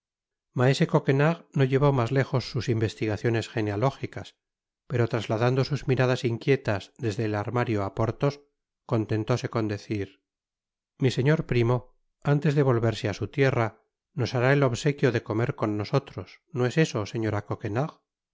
maese coquenard no tlevó mas léjos sus investigaciones geneológicas pero trasladando sus miradas inquietas desde el armario á porthos contentóse con decir mi señor primo antes de volverse á su tierra nos hará et obsequio de comer con nosotros no es eso señora